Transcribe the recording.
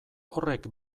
horrek